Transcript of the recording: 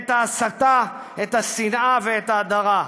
את ההסתה, את השנאה ואת ההדרה.